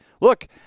Look